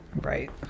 right